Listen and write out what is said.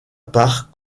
part